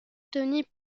tommy